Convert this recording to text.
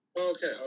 Okay